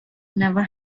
never